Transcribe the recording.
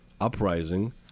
uprising